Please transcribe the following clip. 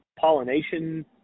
pollination